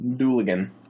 dooligan